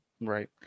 right